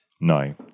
No